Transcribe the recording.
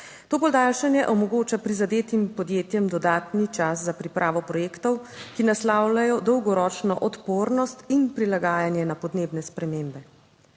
To podaljšanje omogoča prizadetim podjetjem dodatni čas za pripravo projektov, ki naslavljajo dolgoročno odpornost in prilagajanje na podnebne spremembe.